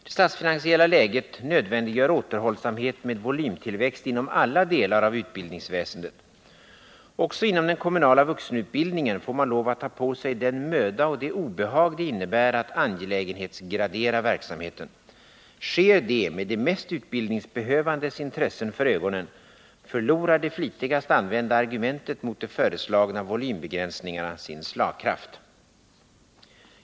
Det statsfinansiella läget nödvändiggör återhållsamhet med volymtillväxt inom alla delar av utbildningsväsendet. Också inom den kommunala vuxenutbildningen får man lov att ta på sig den möda och det obehag det innebär att angelägenhetsgradera verksamheten. Sker det med de mest utbildningsbehövandes intressen för ögonen, förlorar det flitigast använda argumentet mot de föreslagna volymbegränsningarna sin slagkraft.